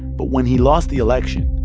but when he lost the election.